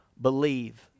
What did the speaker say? believe